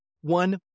One